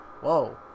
Whoa